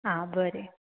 आं बरें